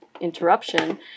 interruption